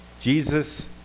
Jesus